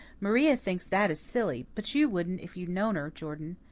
maria thinks that is silly, but you wouldn't if you'd known her, jordan.